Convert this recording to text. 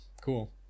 cool